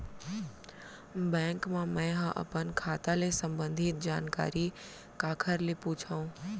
Bank मा मैं ह अपन खाता ले संबंधित जानकारी काखर से पूछव?